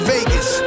Vegas